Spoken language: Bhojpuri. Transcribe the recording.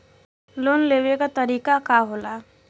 लोन लेवे क तरीकाका होला?